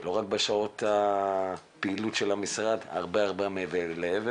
לא רק בשעות הפעילות של המשרד, הרבה מעבר.